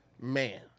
Man